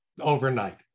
overnight